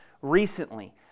recently